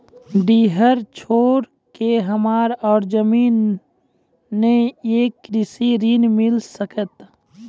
डीह छोर के हमरा और जमीन ने ये कृषि ऋण मिल सकत?